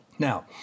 Now